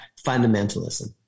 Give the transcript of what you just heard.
fundamentalism